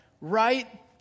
right